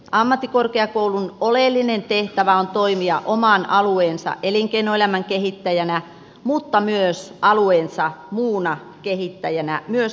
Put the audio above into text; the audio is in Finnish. ammattikorkeakoulun oleellinen tehtävä on toimia oman alueensa elinkeinoelämän kehittäjänä mutta myös alueensa muuna kehittäjänä myös osaamisessa